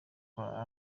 kwa